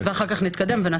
ואחר כך נתקדם.